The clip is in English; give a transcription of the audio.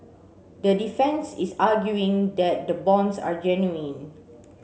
the defence is arguing that the bonds are genuine